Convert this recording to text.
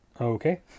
Okay